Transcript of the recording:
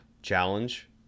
challenge